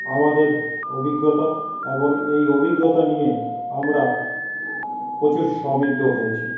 আমাদের অভিজ্ঞতা এবং এই অভিজ্ঞতা নিয়ে আমরা প্রচুর সমৃদ্ধ হয়েছি